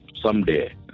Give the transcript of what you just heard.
someday